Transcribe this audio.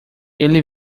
ele